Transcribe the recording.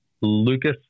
Lucas